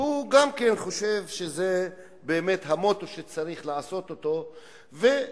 גם חושב שזה באמת המוטו שצריך לעשות אותו ולהנהיג